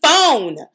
phone